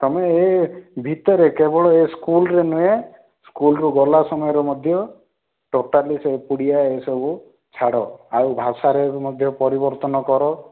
ତୁମେ ଏ ଭିତରେ କେବଳ ଏ ସ୍କୁଲରେ ନୁହେଁ ସ୍କୁଲରୁ ଗଲା ସମୟରେ ମଧ୍ୟ ଟୋଟାଲି ସେ ପୁଡ଼ିଆ ଏସବୁ ଛାଡ଼ ଆଉ ଭାଷାରେ ମଧ୍ୟ ପରିବର୍ତ୍ତନ କର